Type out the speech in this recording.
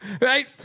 right